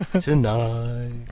tonight